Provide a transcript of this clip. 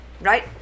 Right